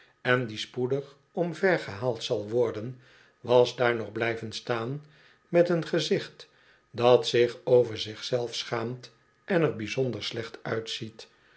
en die spoedig omvergehaald zal worden was daar nog blijven staan met een gezicht dat zich over zich zelf schaamt en er bijzonder slecht uitziet